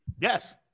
Yes